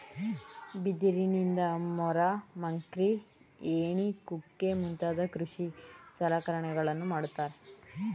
ಬಿದಿರಿನಿಂದ ಮೊರ, ಮಕ್ರಿ, ಏಣಿ ಕುಕ್ಕೆ ಮುಂತಾದ ಕೃಷಿ ಸಲಕರಣೆಗಳನ್ನು ಮಾಡುತ್ತಾರೆ